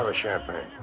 ah champagne.